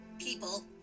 people